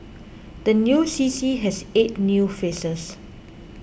the new C C has eight new faces